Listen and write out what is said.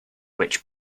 which